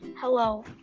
Hello